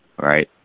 right